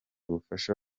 ubufasha